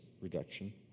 reduction